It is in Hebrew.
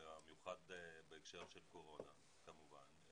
במיוחד בהקשר של הקורונה כמובן.